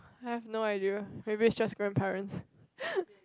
I have no idea maybe just grandparents